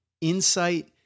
insight